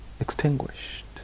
extinguished